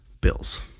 bills